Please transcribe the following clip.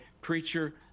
preacher